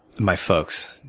my folks,